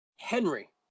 Henry